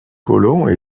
colons